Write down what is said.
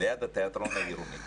זה ליד התיאטרון העירוני.